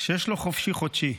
שיש לו חופשי חודשי,